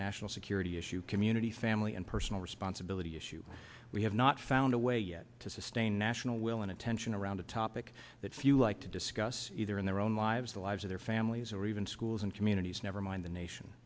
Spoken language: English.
national security issue community family and personal responsibility issue we have not found a way yet to sustain national will and attention around a topic that few like to discuss either in their own lives the lives of their families or even schools and communities nevermind the nation